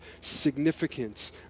significance